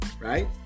right